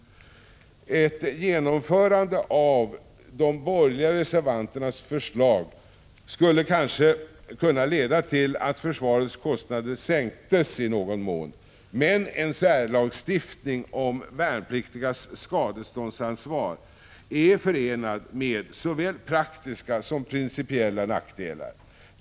Ett genomförande av de borgerliga reservanternas förslag skulle kanske leda till att försvarets kostnader sänktes i någon mån. Men en särlagstiftning om värnpliktigas skadeståndsansvar är förenad med såväl praktiska som principiella nackdelar.